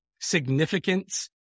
significance